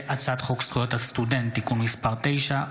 הצעת חוק זכויות הסטודנט (תיקון מס' 9,